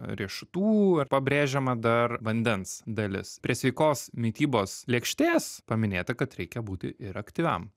riešutų pabrėžiama dar vandens dalis prie sveikos mitybos lėkštės paminėta kad reikia būti ir aktyviam